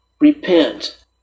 repent